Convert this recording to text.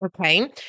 Okay